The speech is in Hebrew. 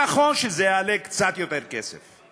נכון שזה יעלה קצת יותר כסף,